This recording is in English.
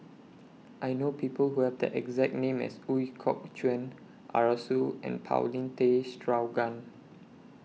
I know People Who Have The exact name as Ooi Kok Chuen Arasu and Paulin Tay Straughan